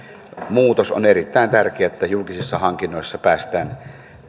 lakimuutos on erittäin tärkeä jotta julkisissa hankinnoissa päästään